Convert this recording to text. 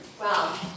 wow